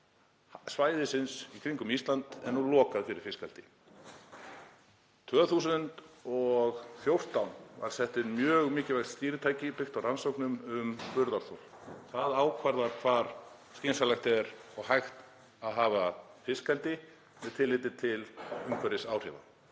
svæðisins í kringum Ísland er nú lokaður fyrir fiskeldi. Árið 2014 var sett mjög mikilvægt stýritæki, byggt á rannsóknum um burðarþol. Það ákvarðar hvar skynsamlegt er og hægt að hafa fiskeldi með tilliti til umhverfisáhrifa.